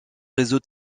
réseau